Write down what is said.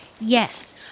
Yes